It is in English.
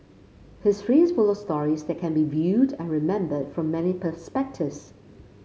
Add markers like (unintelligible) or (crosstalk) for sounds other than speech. history is full of stories that can be viewed and remembered from many perspective (unintelligible)